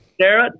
Sarah